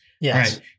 Yes